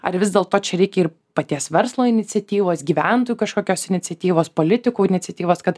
ar vis dėlto čia reikia ir paties verslo iniciatyvos gyventojų kažkokios iniciatyvos politikų iniciatyvos kad